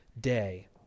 day